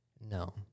No